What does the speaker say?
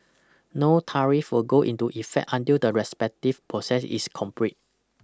no tariff will go into effect until the respective process is complete